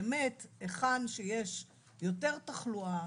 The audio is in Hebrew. באמת היכן שיש יותר תחלואה,